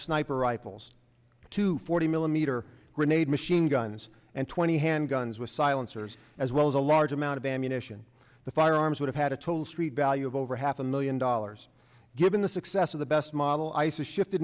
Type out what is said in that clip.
sniper rifles two forty millimeter grenade machine guns and twenty hand guns with silencers as well as a large amount of ammunition the firearms would have had a total street value of over half a million dollars given the success of the best model ice has shifted